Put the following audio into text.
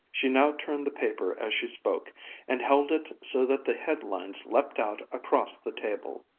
she now turned the paper as she spoke and held it so that the headlines leaped out across the table